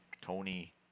Tony